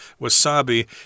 wasabi